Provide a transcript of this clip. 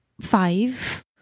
five